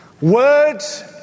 words